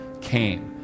came